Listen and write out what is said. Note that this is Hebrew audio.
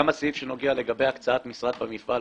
גם הסעיף שנוגע לגבי הקצאת משרד במפעל,